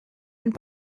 and